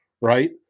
right